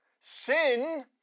Sin